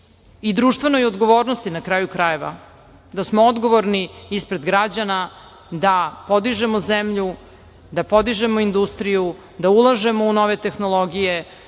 i društvenoj odgovornosti na kraju, krajeva, da smo odgovorni ispred građana, da podižemo zemlju, da podižemo industriju, da ulažemo u nove tehnologije,